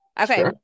Okay